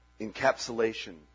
encapsulation